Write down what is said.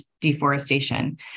deforestation